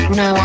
no